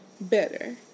better